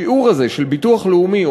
השיעור הזה של ביטוח לאומי,